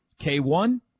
K1